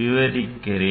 விவரிக்கிறேன்